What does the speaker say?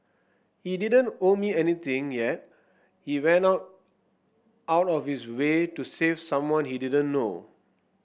he didn't owe me anything yet he went out out of his way to save someone he didn't know